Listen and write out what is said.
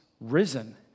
risen